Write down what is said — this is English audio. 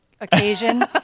occasion